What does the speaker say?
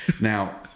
Now